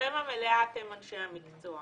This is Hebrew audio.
זכותכם המלאה, אתם אנשי המקצוע.